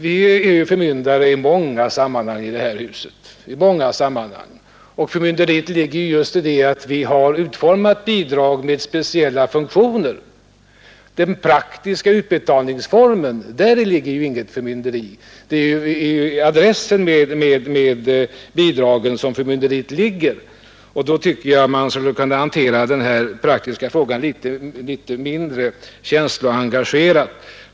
Men man är förmyndare i många sammanhang i det här huset, och förmynderiet ligger i att det utformats ett bidrag med speciella funktioner. Däremot ligger ju inget förmynderi i den praktiska betalningsformen utan förmynderiet skulle väl finnas bakom adressen på bidraget. Då tycker jag man skulle kunna hantera denna praktiska fråga litet mindre känsloengagerat.